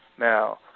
Now